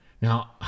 Now